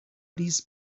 these